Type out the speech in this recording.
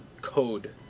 code